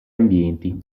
ambienti